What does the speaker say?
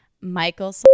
Michael